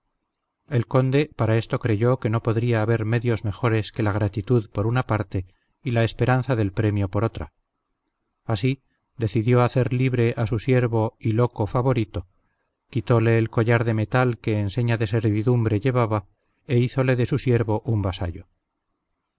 el conde para esto creyó que no podría haber medios mejores que la gratitud por una parte y la esperanza del premio por otra así decidió hacer libre a su siervo y loco favorito quitóle el collar de metal que en seña de servidumbre llevaba e hízole de su siervo un vasallo